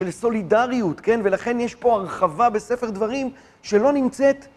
ולסולידריות, כן? ולכן יש פה הרחבה בספר דברים שלא נמצאת